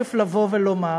תכף לבוא ולומר.